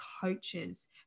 coaches